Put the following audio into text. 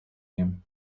him